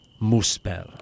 Muspel